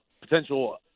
potential